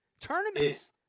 Tournaments